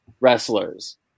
wrestlers